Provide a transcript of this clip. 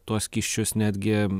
tuos skysčius netgi